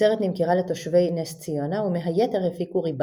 התוצרת נמכרה לתושבי נס ציונה, ומהיתר הפיקו ריבה.